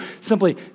simply